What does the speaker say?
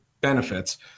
benefits